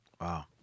Wow